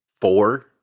four